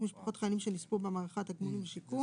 לתשלומים לפי חוק זה".